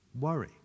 worry